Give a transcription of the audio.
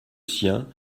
sien